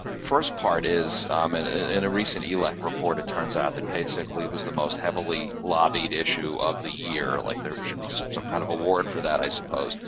first part is in a recent elec report, it turns out paid sick leave was the most heavily lobbied issue of the year, like there should be some some kind of award for that, i suppose.